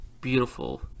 beautiful